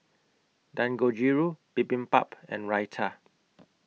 Dangojiru Bibimbap and Raita